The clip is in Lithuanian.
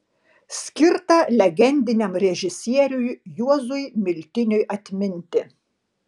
skirta legendiniam režisieriui juozui miltiniui atminti